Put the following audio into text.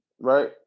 Right